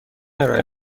ارائه